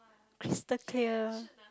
crystal clear